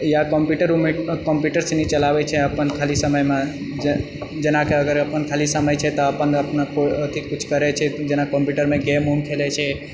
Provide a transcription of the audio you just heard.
यऽ कम्प्यूटर रुममे कम्प्यूटर सनि चलाबएछै अपन खाली समयमे जेनाकि अपन खाली समय छै तऽ अपन अपन अथि किछु करैछे जेना कम्प्यूटरमे गेम वूम खेलैछै